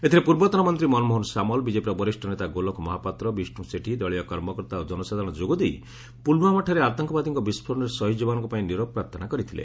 ଏଥିରେ ପୂର୍ବତନ ମନ୍ତୀ ମନମୋହନ ସାମଲ ବିଜେପିର ବରିଷ୍ ନେତା ଗୋଲକ ମହାପାତ୍ର ବିଷ୍ଷୁ ସେଠୀ ଦଳୀୟ କର୍ମକର୍ତା ଓ ଜନସାଧାରଣ ଯୋଗଦେଇ ପୁଲଓ୍ୱାମାଠାରେ ଆତଙ୍କବାଦୀଙ୍କ ବି ଶହୀଦ ଯବାନଙ୍କ ପାଇଁ ନିରବ ପ୍ରାର୍ଥନା କରିଥିଲେ